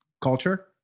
culture